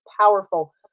powerful